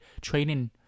training